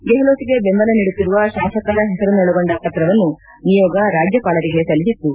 ಗೆಹ್ಲೋಟ್ಗೆ ಬೆಂಬಲ ನೀಡುತ್ತಿರುವ ಶಾಸಕರ ಹೆಸರನ್ನೊಳಗೊಂಡ ಪತ್ರವನ್ನು ನಿಯೋಗ ರಾಜ್ಯಪಾಲರಿಗೆ ಸಲ್ಲಿಸಿತು